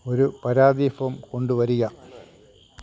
ഒരു പരാതി ഫോം കൊണ്ടുവരിക